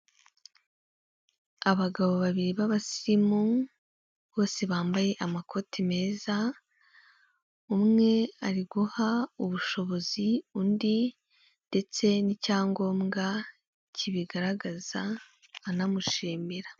Abagabo babiri b'abasimumu, bose bambaye amakoti meza, umwe ari guha ubushobozi undi, ndetse n'icyangombwa kibigaragaza anamushimira.